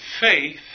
faith